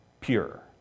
pure